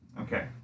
Okay